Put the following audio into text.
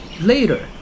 later